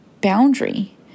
boundary